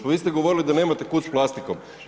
Pa vi ste govorili da nemate kud s plastikom.